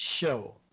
show